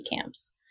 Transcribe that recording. camps